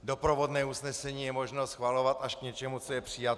Doprovodné usnesení je možno schvalovat až k něčemu, co je přijato.